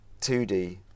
2D